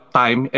time